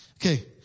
Okay